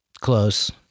close